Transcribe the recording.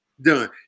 done